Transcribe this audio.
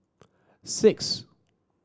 six